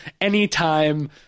Anytime